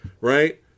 right